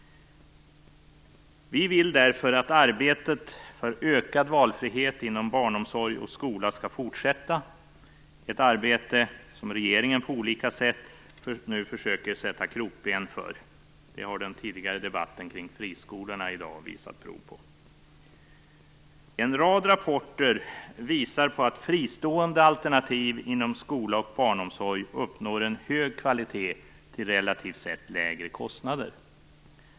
Vi vill därför att arbetet för ökad valfrihet inom barnomsorg och skola skall fortsätta - ett arbete som regeringen på olika sätt nu försöker att sätta krokben för. Det har den tidigare debatten i dag kring friskolorna visat prov på. En rad rapporter visar på att fristående alternativ inom skola och barnomsorg uppnår hög kvalitet till relativt sett lägre kostnader.